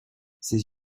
ses